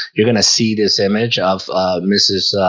you're gonna see this image of mrs